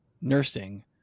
nursing